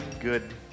good